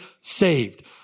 saved